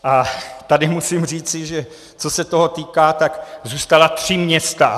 A tady musím říci, že co se toho týká, tak zůstala tři města.